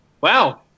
Wow